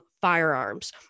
firearms